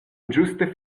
ĝuste